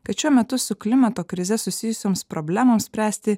kad šiuo metu su klimato krize susijusioms problemoms spręsti